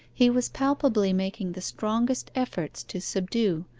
he was palpably making the strongest efforts to subdue,